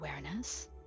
awareness